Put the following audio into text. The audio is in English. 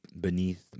beneath